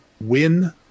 win